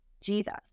Jesus